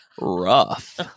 rough